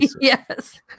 Yes